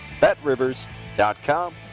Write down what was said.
Betrivers.com